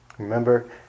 remember